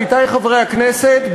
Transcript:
עמיתי חברי הכנסת,